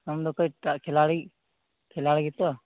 ᱟᱢ ᱫᱚ ᱚᱠᱚᱭᱴᱟᱜ ᱠᱷᱮᱞᱟᱲᱤ ᱠᱷᱤᱞᱟᱲᱤ ᱜᱮᱛᱚ